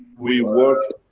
we work.